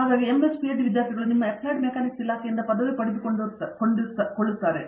ಹಾಗಾಗಿ MS PhD ವಿದ್ಯಾರ್ಥಿಗಳು ನಿಮ್ಮ ಅಪ್ಲೈಡ್ ಮೆಕ್ಯಾನಿಕ್ಸ್ ಇಲಾಖೆಯಿಂದ ಪದವಿ ಪಡೆದುಕೊಳ್ಳುತ್ತಾರೆ